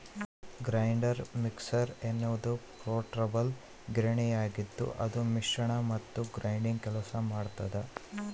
grinder mixer ಎನ್ನುವುದು portable ಗಿರಣಿಯಾಗಿದ್ದುಅದು ಮಿಶ್ರಣ ಮತ್ತು ಗ್ರೈಂಡಿಂಗ್ ಕೆಲಸ ಮಾಡ್ತದ